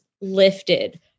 lifted